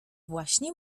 właśnie